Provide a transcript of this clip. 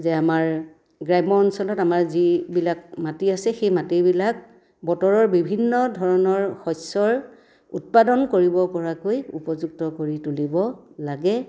যে আমাৰ গ্ৰাম্য অঞ্চলত আমাৰ যিবিলাক মাটি আছে সেই মাটিবিলাক বতৰৰ বিভিন্ন ধৰণৰ শস্যৰ উৎপাদন কৰিব পৰাকৈ উপযুক্ত কৰি তুলিব লাগে